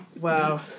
Wow